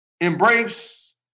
Embrace